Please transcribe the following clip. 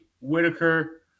whitaker